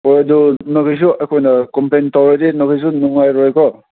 ꯍꯣꯏ ꯑꯗꯨ ꯅꯈꯣꯏꯁꯨ ꯑꯩꯈꯣꯏꯅ ꯀꯣꯝꯄ꯭ꯂꯦꯟ ꯇꯧꯔꯗꯤ ꯅꯈꯣꯏꯁꯨ ꯅꯨꯡꯉꯥꯏꯔꯣꯏ ꯀꯣ